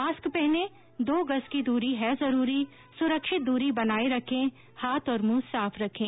mask पहनें दो गज़ की दूरी है जरूरी सुरक्षित दूरी बनाए रखें हाथ और मुंह साफ रखें